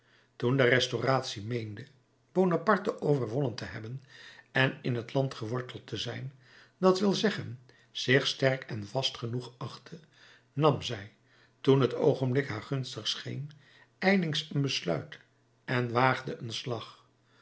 toen de restauratie meende bonaparte overwonnen te hebben en in het land geworteld te zijn dat wil zeggen zich sterk en vast genoeg achtte nam zij toen het oogenblik haar gunstig scheen ijlings een besluit en waagde een slag